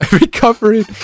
Recovery